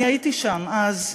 אני הייתי שם אז,